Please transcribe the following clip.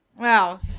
wow